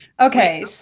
Okay